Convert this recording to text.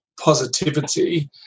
positivity